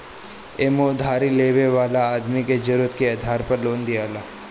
एमे उधारी लेवे वाला आदमी के जरुरत के आधार पे लोन दियाला